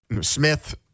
Smith